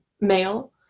male